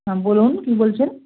হ্যাঁ বলুন কী বলছেন